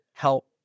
help